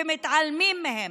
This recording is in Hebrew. ומתעלמים מהן.